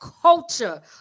culture